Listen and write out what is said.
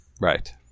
right